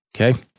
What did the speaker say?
Okay